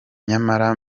nyamara